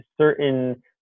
certain